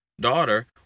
daughter